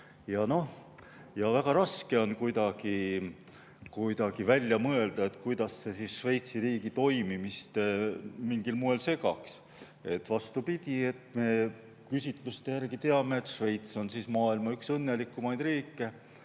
ära. Väga raske oleks välja mõelda, kuidas see Šveitsi riigi toimimist mingil moel segaks. Vastupidi, me küsitluste järgi teame, et Šveits on maailma üks õnnelikemaid riike.